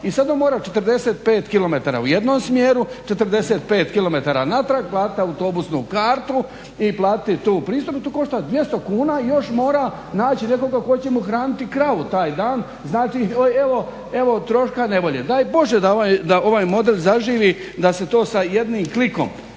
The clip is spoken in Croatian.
i sad on mora 45 km u jednom smjeru, 45 km natrag platiti autobusnu kartu i platiti tu pristojbu. To košta 200 kuna i još mora naći nekoga tko će mu hraniti kravu taj dan. Znači, evo troška i nevolje. Daj Bože da ovaj model zaživi, da se to sa jednim klikom